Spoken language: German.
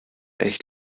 echt